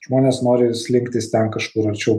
žmonės nori slinktis ten kažkur arčiau